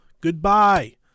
Goodbye